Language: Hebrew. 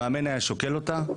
המאמן היה שוקל אותה,